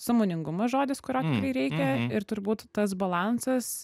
sąmoningumas žodis kurio tikrai reikia ir turbūt tas balansas